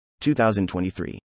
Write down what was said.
2023